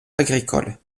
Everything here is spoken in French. agricole